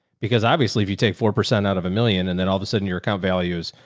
because obviously if you take four percent out of a million and then all of a sudden your account values.